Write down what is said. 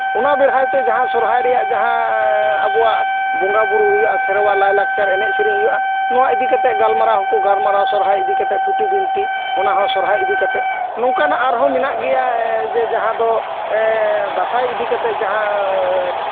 ᱚᱱᱟ ᱵᱮᱲᱦᱟᱭ ᱛᱮ ᱥᱚᱨᱦᱟᱭ ᱨᱮᱱᱟᱜ ᱡᱟᱦᱟᱸ ᱟᱵᱚᱣᱟᱜ ᱵᱚᱸᱜᱟᱼᱵᱩᱨᱩ ᱦᱩᱭᱩᱜᱼᱟ ᱥᱮᱨᱣᱟ ᱞᱟᱭᱼᱞᱟᱠᱪᱟᱨ ᱮᱱᱮᱡ ᱥᱮᱨᱮᱧ ᱦᱩᱭᱩᱜᱼᱟ ᱱᱚᱣᱟ ᱤᱫᱤ ᱠᱟᱛᱮᱜ ᱜᱟᱞᱢᱟᱨᱟᱣ ᱦᱚᱸᱠᱚ ᱜᱟᱞᱢᱟᱨᱟᱣᱟ ᱥᱚᱨᱦᱟᱭ ᱤᱫᱤ ᱠᱟᱛᱮ ᱛᱷᱩᱛᱤ ᱵᱤᱱᱛᱤ ᱚᱱᱟᱦᱚᱸ ᱥᱚᱦᱨᱟᱭ ᱤᱫᱤ ᱠᱟᱛᱮᱜ ᱱᱚᱝᱠᱟᱱᱟᱜ ᱟᱨᱦᱚᱸ ᱢᱮᱱᱟᱜ ᱜᱮᱭᱟ ᱡᱮ ᱡᱟᱦᱟᱸ ᱫᱚ ᱫᱟᱸᱥᱟᱭ ᱤᱫᱤ ᱠᱟᱛᱮᱜ ᱡᱟᱦᱟᱸ